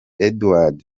edward